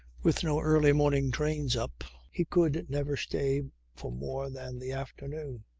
with no early morning trains up, he could never stay for more than the afternoon.